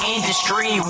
Industry